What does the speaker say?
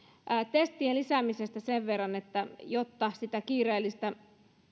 testien lisäämisestä sen verran että jotta sitä kiireellistä